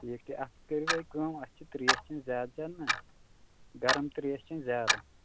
ٹھیٖک اَتھ کٔرِو تُہۍ کٲم اَتھ چھِ ترٛیش چیٚن زیادٕ زیادٕ نا گَرم ترٛیش چیٚن زیادٕ